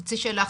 חצי שאלה,